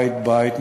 בית-בית,